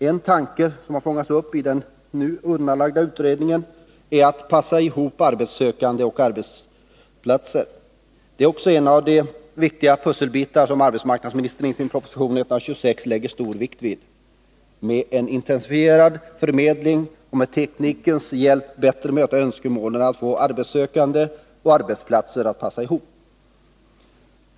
En tanke som har fångats upp från den nu undanlagda utredningen är att passa ihop arbetssökande och arbetsplatser. Det är också en av de viktiga pusselbitar som arbetsmarknadsministern i sin proposition nr 126 lägger stor vikt vid. Med en intensifierad förmedling och med teknikens hjälp skall man bättre möta önskemålen att få arbetssökande och platser att passa ihop.